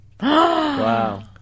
wow